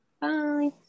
Bye